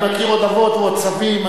אני מכיר עוד אבות רבים,